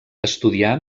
estudià